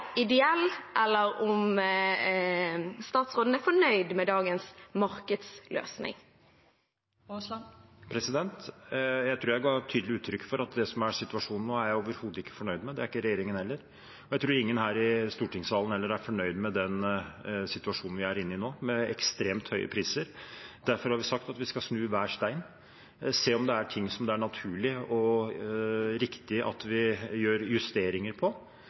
ideell, eller om statsråden er fornøyd med dagens markedsløsning. Jeg tror jeg ga tydelig uttrykk for at det som er situasjonen nå, er jeg overhodet ikke fornøyd med. Det er ikke regjeringen heller. Jeg tror ingen her i stortingssalen heller er fornøyd med den situasjonen vi er inne i nå, med ekstremt høye priser. Derfor har vi sagt at vi skal snu hver stein, se om det er ting som det er naturlig og riktig at vi gjør justeringer på,